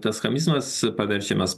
tas chamizmas paverčiamas